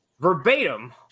verbatim